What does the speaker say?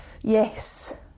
Yes